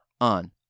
on